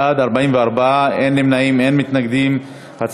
בעד, 44, אין מתנגדים, אין נמנעים.